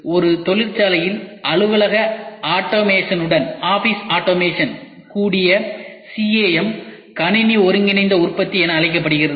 ஒரு தொழிற்துறையில் அலுவலக ஆட்டோமேஷனுடன் கூடிய CAM கணினி ஒருங்கிணைந்த உற்பத்தி என அழைக்கப்படுகிறது